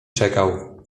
czekał